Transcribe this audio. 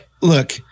look